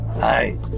Hi